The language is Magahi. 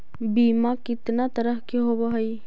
बीमा कितना तरह के होव हइ?